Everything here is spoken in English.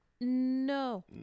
No